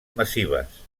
massives